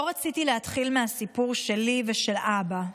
לא רציתי להתחיל מהסיפור שלי ושל אבא.